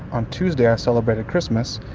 on tuesday, i celebrated christmas.